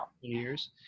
years